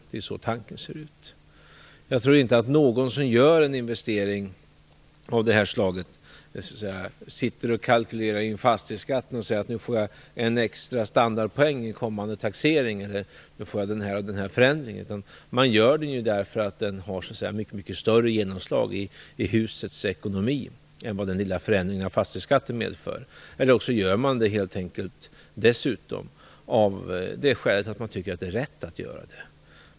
Det är så det är tänkt. Jag tror inte att någon som gör en investering av det här slaget kalkylerar in fastighetsskatten för att se om han får en extra standardpoäng i kommande taxering på grund av en viss förändring. Man gör en förändring därför att den har ett mycket större genomslag i husets ekonomi än vad den lilla förändringen i fastighetsskatten medför, eller också gör man den helt enkelt av det skälet att man tycker att det är rätt att göra det.